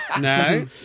no